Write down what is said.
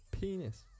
penis